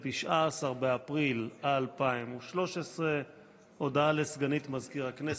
19 באפריל 2023. הודעה לסגנית מזכיר הכנסת,